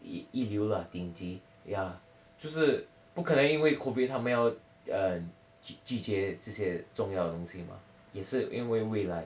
一一流 lah 顶级 ya 就是不可能因为 COVID 他们要 err 拒绝这些重要的东西嘛也是因为未来